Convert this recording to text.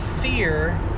fear